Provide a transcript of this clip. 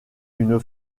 une